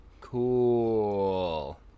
Cool